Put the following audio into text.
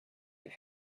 deux